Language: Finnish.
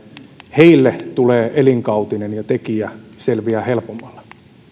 heille tulee elinkautinen ja tekijä selviää helpommalla